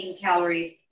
calories